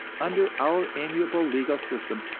under our amiable legal system,